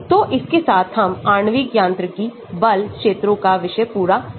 तो इसके साथ हम आणविक यांत्रिकी बल क्षेत्रोंका विषय पूरा करते हैं